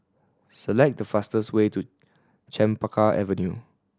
select the fastest way to Chempaka Avenue